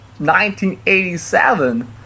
1987